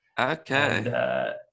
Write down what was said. Okay